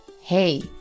Hey